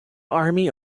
army